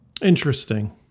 Interesting